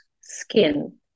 skin